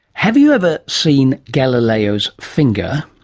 have you ever seen galileo's finger?